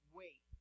wait